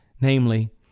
namely